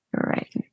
right